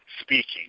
speaking